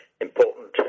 important